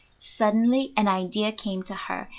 suddenly an idea came to her,